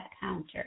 counter